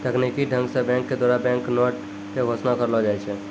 तकनीकी ढंग से बैंक के द्वारा बैंक नोट के घोषणा करलो जाय छै